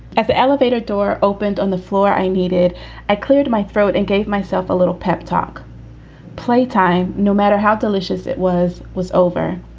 at the elevator door opened on the floor. i needed i cleared my throat and gave myself a little pep talk play time, no matter how delicious it was, was over.